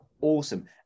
awesome